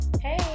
hey